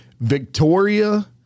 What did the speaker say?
Victoria